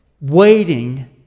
waiting